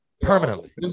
permanently